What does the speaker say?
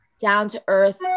down-to-earth